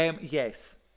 Yes